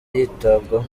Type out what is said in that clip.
yitabwaho